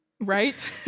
Right